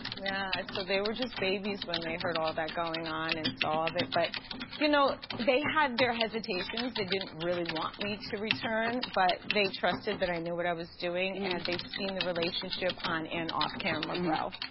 yeah, so they were just babies when they heard all that going on and saw all of it. but you know they had their hesitations. they didn't really want me to return, but they trusted that i knew what i was doing, and they've seen the relationship on and off camera grow.